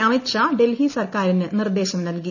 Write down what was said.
അമിത് ഷാ ഡൽഹി സർക്കാരിന് നിർദ്ദേശം നൽകി